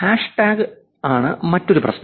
hashtag hijacking ആണ് മറ്റൊരു പ്രശ്നം